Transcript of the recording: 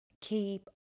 Keep